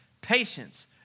patience